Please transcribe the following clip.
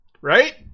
Right